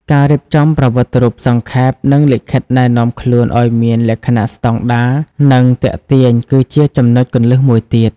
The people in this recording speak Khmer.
ការរៀបចំប្រវត្តិរូបសង្ខេប និងលិខិតណែនាំខ្លួនឲ្យមានលក្ខណៈស្តង់ដារ និងទាក់ទាញ គឺជាចំណុចគន្លឹះមួយទៀត។